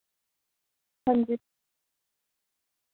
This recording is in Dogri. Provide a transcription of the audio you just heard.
हांजी